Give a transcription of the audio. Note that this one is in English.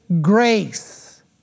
grace